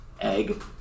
egg